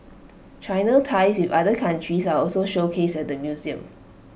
China's ties with other countries are also showcased at the museum